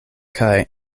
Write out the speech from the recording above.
kaj